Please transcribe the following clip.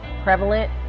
Prevalent